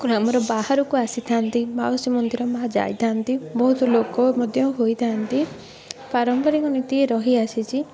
ଠାକୁର ଆମର ବାହାରକୁ ଆସିଥାନ୍ତି ମାଉସୀ ମନ୍ଦିର ମା ଯାଇଥାନ୍ତି ବହୁତ ଲୋକ ମଧ୍ୟ ହୋଇଥାନ୍ତି ପାରମ୍ପରିକ ନୀତି ରହିଆସିଛି